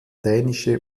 dänische